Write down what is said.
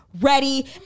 ready